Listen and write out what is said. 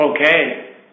Okay